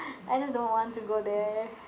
I just don't want to go there